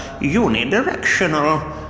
unidirectional